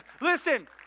Listen